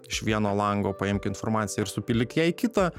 iš vieno lango paimk informaciją ir supildyk ją į kitą